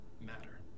matter